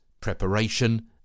preparation